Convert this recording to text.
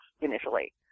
initially